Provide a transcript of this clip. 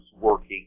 working